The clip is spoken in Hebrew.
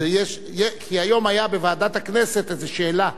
היום היתה בוועדת הכנסת איזו שאלה,